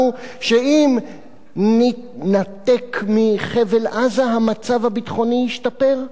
שאם נתנתק מחבל-עזה המצב הביטחוני ישתפר?